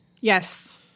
Yes